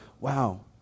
wow